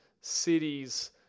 cities